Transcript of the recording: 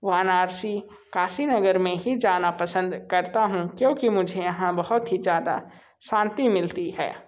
वाराणसी काशी नगर में ही जाना पसंद करता हूँ क्योंकि मुझे यहाँ बहुत ही ज़्यादा शांति मिलती है